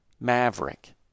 Maverick